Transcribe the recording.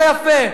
זה יפה,